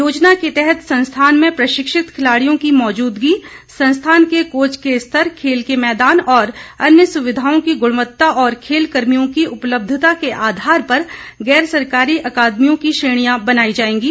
योजना के तहत संस्थान में प्रशिक्षित खिलाड़ियों की मौजूदगी संस्थान के कोच के स्तर खेल के मैदान और अन्य सुविधाओं की गुणवत्ता और खेलकर्मियों की उपलब्धता के आधार पर गैरसरकारी अकादमियों की श्रेणियां बनाई जाएंगी